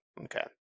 Okay